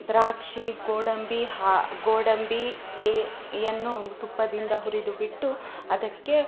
ದ್ರಾಕ್ಷಿ ಗೋಡಂಬಿ ಹಾ ಗೋಡಂಬಿ ಎ ಅನ್ನು ತುಪ್ಪದಿಂದ ಹುರಿದು ಬಿಟ್ಟು ಅದಕ್ಕೆ